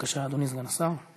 בבקשה, אדוני סגן השר.